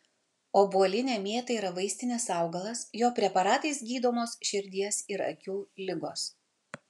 obuolinė mėta yra vaistinis augalas jo preparatais gydomos širdies ir akių ligos